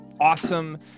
awesome